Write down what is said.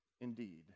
indeed